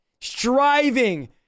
striving